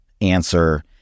answer